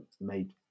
made